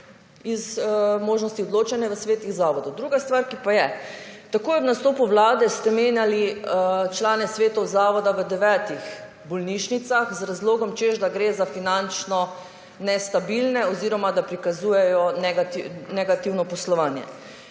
iz možnosti odločanja v svetih zavodov. Druga stvar, ki pa je, takoj ob nastopu vlade ste menjali člane svetov zavoda v devetih bolnišnicah z razlogom, češ, da gre za finančno nestabilne oziroma da prikazujejo negativno poslovanje.